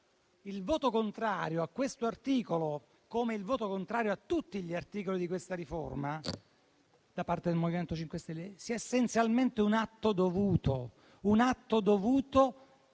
il voto contrario a questo articolo, come a tutti gli articoli di questa riforma da parte del MoVimento 5 Stelle, è essenzialmente un atto dovuto